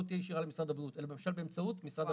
תהיה ישירה למשרד הבריאות אלא למשל באמצעות משרד הרווחה.